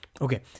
okay